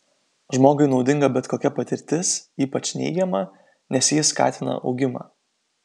žmogui naudinga bet kokia patirtis ypač neigiama nes ji skatina augimą